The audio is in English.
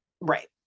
Right